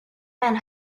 men